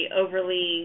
overly